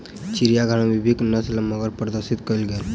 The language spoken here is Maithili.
चिड़ियाघर में विभिन्न नस्लक मगर प्रदर्शित कयल गेल